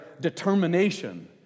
determination